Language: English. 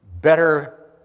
better